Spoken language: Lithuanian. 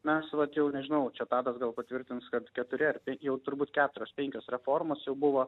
mes vat jau nežinau čia tadas gal patvirtins kad keturi ar jau turbūt keturios penkios reformos jau buvo